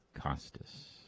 Costas